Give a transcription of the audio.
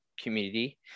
community